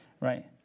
right